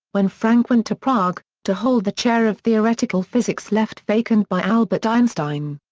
when frank went to prague, to hold the chair of theoretical physics left vacant by albert einstein.